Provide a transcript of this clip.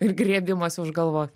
ir griebimasi už galvo